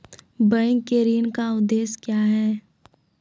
Bank के ऋण का उद्देश्य क्या हैं?